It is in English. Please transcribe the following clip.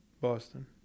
Boston